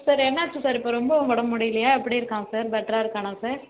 sir என்னாச்சு sir இப்போ ரொம்ப உடம்பு முடியலையா எப்படி இருக்கான் சார் பெட்டராக இருக்கானா சார்